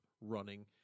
running